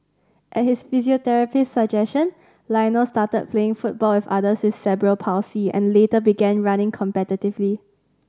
at his physiotherapist's suggestion Lionel started playing football with others with cerebral palsy and later began running competitively